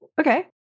Okay